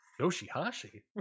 Yoshihashi